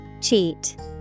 Cheat